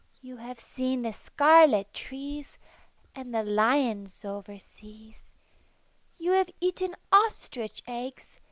you have seen the scarlet trees and the lions over seas you have eaten ostrich eggs,